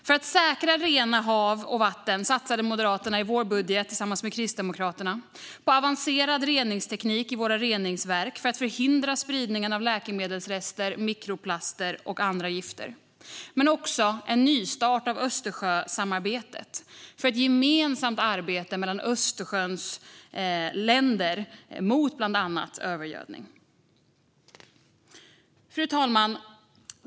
För att säkra rena hav och vatten satsade Moderaterna i sin budget, tillsammans med Kristdemokraterna, på avancerad reningsteknik i våra reningsverk för att förhindra spridningen av läkemedelsrester, mikroplaster och andra gifter men också på en nystart av Östersjösamarbetet för ett gemensamt arbete mellan Östersjöländerna mot bland annat övergödning. Fru talman!